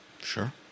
Sure